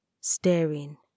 staring